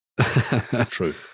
True